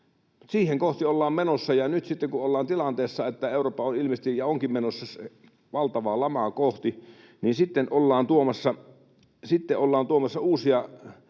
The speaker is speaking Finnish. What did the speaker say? Sitä kohti ollaan menossa. Nyt sitten kun ollaan tilanteessa, että Eurooppa on ilmeisesti, ja onkin, menossa valtavaa lamaa kohti, niin ollaan tuomassa uusia